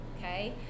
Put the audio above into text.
okay